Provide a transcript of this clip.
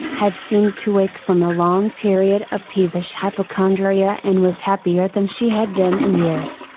had seemed to wake from a long period of peevish hypochondria and was happier than she had been in years.